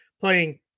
playing